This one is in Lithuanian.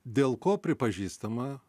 dėl ko pripažįstama